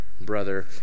brother